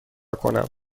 کنم